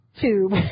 tube